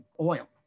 oil